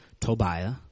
Tobiah